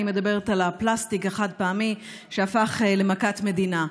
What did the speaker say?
אני מדברת על הפלסטיק החד-פעמי, שהפך למכת מדינה.